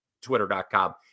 Twitter.com